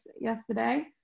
yesterday